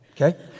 Okay